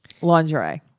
Lingerie